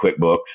QuickBooks